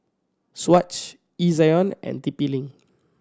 Swatch Ezion and T P Link